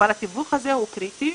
אבל התיווך הזה הוא קריטי.